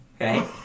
okay